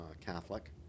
Catholic